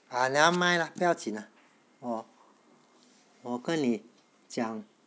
ah nevermind lah 不要紧啦我我跟你讲